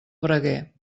braguer